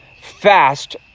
fast